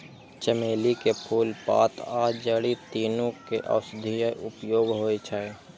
चमेली के फूल, पात आ जड़ि, तीनू के औषधीय उपयोग होइ छै